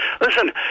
Listen